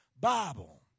Bible